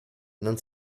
non